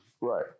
Right